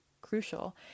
crucial